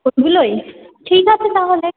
ওগুলোই ঠিক আছে তাহলে